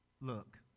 look